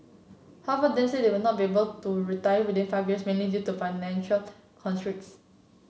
half of them said they would not be able to retire within five years mainly due to financial constraints